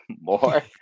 more